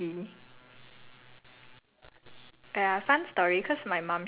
it's like this unlucky bugger suddenly realise that he he damn lucky